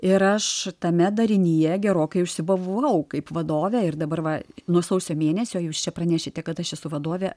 ir aš tame darinyje gerokai užsibuvau kaip vadovė ir dabar va nuo sausio mėnesio jūs čia pranešite kad aš esu vadovė